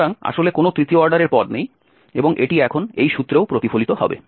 সুতরাং আসলে কোনও তৃতীয় অর্ডারের পদ নেই এবং এটি এখন এই সূত্রেও প্রতিফলিত হবে